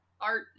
Art